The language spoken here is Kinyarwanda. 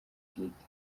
bwite